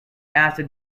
acid